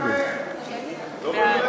לוועדת